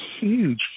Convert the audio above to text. huge